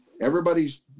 everybody's